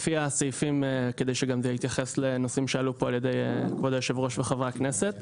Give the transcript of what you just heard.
גם להתייחס לנושאים שהועלו פה על ידי היושב-ראש וחברי הכנסת.